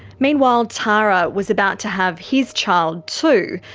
meanwhile, tara was about to have his child too.